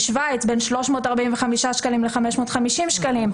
בשוויץ בין 345 ל-550 שקלים,